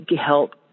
help